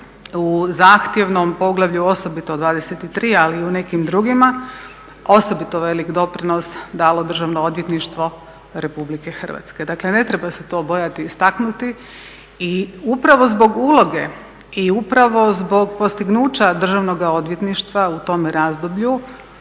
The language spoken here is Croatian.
u zahtjevnom poglavlju osobito 23, a i u nekim drugima osobit velik doprinos dalo Državno odvjetništvo RH, dakle ne treba se to bojati istaknuti. I upravo zbog uloga, i upravo zbog postignuća Državnog odvjetništva u tome razdoblju